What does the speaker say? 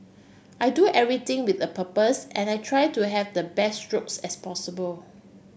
I do everything with a purpose and I try to have the best strokes as possible